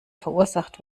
verursacht